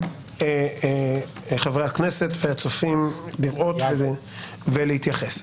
חברי הכנסת והצופים מוזמנים לראות ולהתייחס.